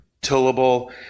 tillable